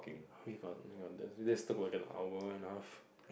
we got we got do this talk for an hour and half